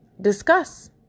discuss